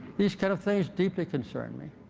these kind of things deeply concern me,